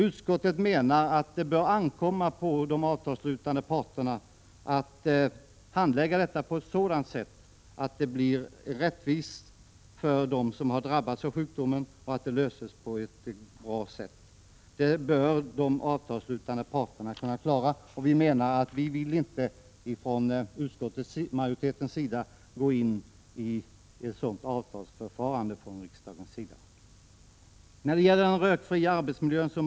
Utskottet menar att det bör ankomma på de avtalsslutande parterna att handlägga frågan så att den löses på ett bra sätt och det blir rättvist för dem som har drabbats av sjukdomen. Detta bör de avtalsslutande parterna kunna klara, och utskottets majoritet vill inte gå in i ett sådant avtalsförfarande. I en annan motion tas den rökfria arbetsmiljön upp.